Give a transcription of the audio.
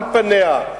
על פניה,